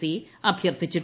C അഭ്യർത്ഥിച്ചു